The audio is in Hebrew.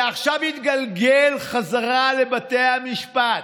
זה עכשיו יתגלגל בחזרה לבתי המשפט.